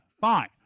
fine